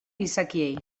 gizakiei